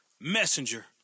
messenger